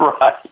Right